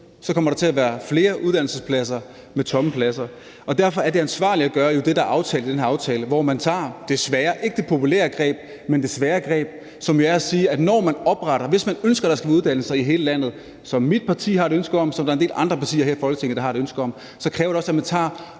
så kommer der til at være flere uddannelsessteder med tomme pladser. Derfor er det ansvarlige at gøre jo det, der er besluttet i den her aftale, hvor man tager det svære greb, ikke det populære greb, men det svære greb, som er at sige, at hvis man ønsker, at der skal være uddannelser i hele landet, som mit parti har et ønske om, og som der er en del andre partier her i Folketinget der har et ønske om, så kræver det også, at man tager